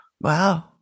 Wow